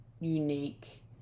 unique